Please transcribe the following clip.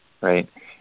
right